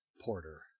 porter